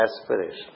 aspiration